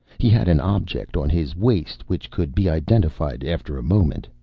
he had an object on his waist which could be identified, after a moment,